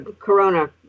corona